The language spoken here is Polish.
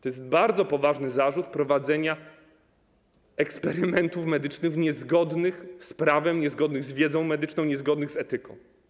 To jest bardzo poważny zarzut - prowadzenia eksperymentów medycznych niezgodnych z prawem, niezgodnych z wiedzą medyczną, niezgodnych z etyką.